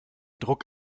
druck